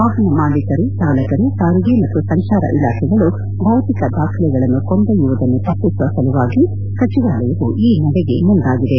ವಾಹನ ಮಾಲೀಕರು ಚಾಲಕರು ಸಾರಿಗೆ ಮತ್ತು ಸಂಚಾರ ಇಲಾಖೆಗಳು ಭೌತಿಕ ದಾಖಲೆಗಳನ್ನು ಕೊಂಡೊಯ್ಬುವುದನ್ನು ತಪ್ಪಿಸುವ ಸಲುವಾಗಿ ಸಚಿವಾಲಯವು ಈ ನಡೆಗೆ ಮುಂದಾಗಿದೆ